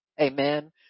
amen